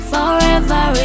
Forever